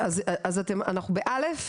אז אנחנו בא'?